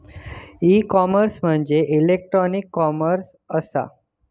E commerce म्हणजे electronic commerce असा